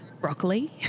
broccoli